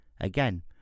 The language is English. again